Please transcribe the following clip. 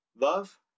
Love